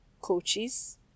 coaches